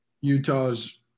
Utah's